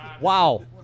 Wow